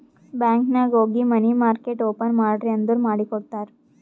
bank ನಾಗ್ ಹೋಗಿ money market open ಮಾಡ್ರಿ ಅಂದುರ್ ಮಾಡಿ ಕೊಡ್ತಾರ್